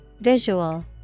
Visual